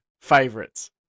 favorites